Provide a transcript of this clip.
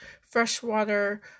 freshwater